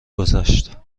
گذشت